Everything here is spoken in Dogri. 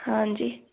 हां जी